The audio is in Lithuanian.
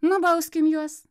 nubauskim juos